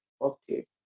okay